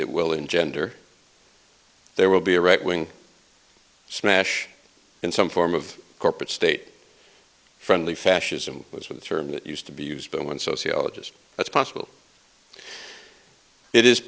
it will engender there will be a right wing smash in some form of corporate state friendly fascism was a term that used to be used by one sociologist that's possible it is